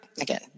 Again